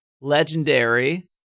legendary